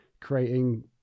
creating